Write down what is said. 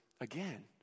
again